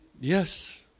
Yes